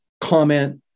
comment